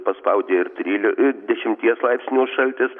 paspaudė ir tryli dešimties laipsnių šaltis